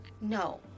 No